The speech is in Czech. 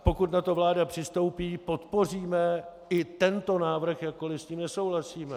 Pokud na to vláda přistoupí, podpoříme i tento návrh, jakkoliv s ním nesouhlasíme.